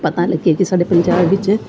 ਪਤਾ ਲੱਗੇ ਕਿ ਸਾਡੇ ਪੰਜਾਬ ਵਿੱਚ